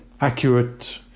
accurate